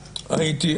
הייתי,